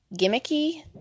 gimmicky